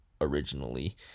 originally